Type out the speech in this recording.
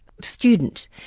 student